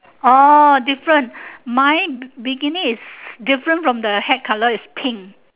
orh different mine bikini is different from the hat colour is pink